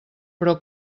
però